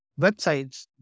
websites